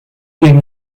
gegen